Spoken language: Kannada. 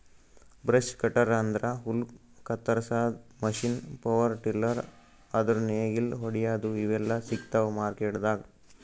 ಬ್ರಷ್ ಕಟ್ಟರ್ ಅಂದ್ರ ಹುಲ್ಲ್ ಕತ್ತರಸಾದ್ ಮಷೀನ್ ಪವರ್ ಟಿಲ್ಲರ್ ಅಂದ್ರ್ ನೇಗಿಲ್ ಹೊಡ್ಯಾದು ಇವೆಲ್ಲಾ ಸಿಗ್ತಾವ್ ಮಾರ್ಕೆಟ್ದಾಗ್